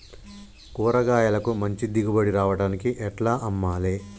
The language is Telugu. కూరగాయలకు మంచి దిగుబడి రావడానికి ఎట్ల అమ్మాలే?